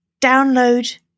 download